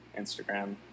Instagram